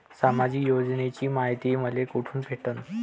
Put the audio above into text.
सामाजिक योजनेची मायती मले कोठून भेटनं?